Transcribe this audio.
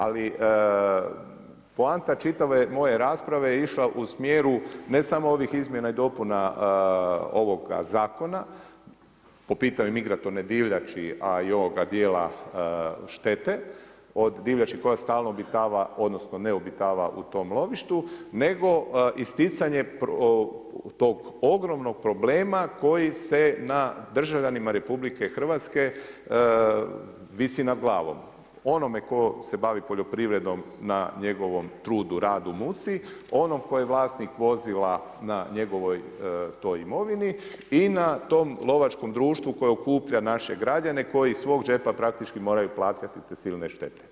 Ali poanta čitave moje rasprave je išla u smjeru, ne samo ovih izmjena i dopuna ovoga zakona, po pitanju migratorne divljači a i ovoga dijela štete od divljači koja stalno obitava odnosno ne obitava u tom lovištu nego isticanje tog ogromnog problema koji se na državljanima RH visi nad glavom, onome tko se bavi poljoprivredom, na njegovom trudu, radu muci, onom koji je vlasnik vozila na njegovom toj imovini i na tom lovačkom društvu koje okuplja naše građane koji iz svog džepa praktički moraju platiti te silne štete.